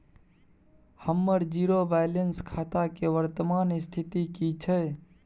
हमर zero balance खाता के वर्तमान स्थिति की छै?